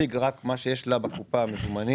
ומציג רק מה שיש לה בקופת המזומנים,